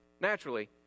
naturally